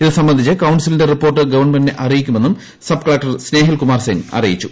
ഇതു സംബന്ധിച്ച് കൌൺസിലിന്റെ റിപ്പോർട്ട് ഗവൺമെന്റിനെ അറിയിക്കുമെന്നും സബ്കളക്ടർ സ്നേഹിൽ കുമാർ സിംഗ് അറിയിച്ചു